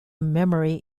memory